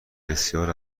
بسیار